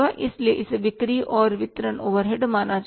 इसलिए इसे बिक्री और वितरण ओवरहेड माना जाता है